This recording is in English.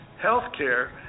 healthcare